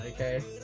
okay